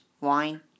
wine